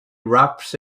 raps